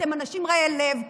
אתם אנשים רעי לב,